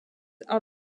are